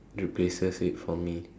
replaces it for me